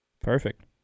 Perfect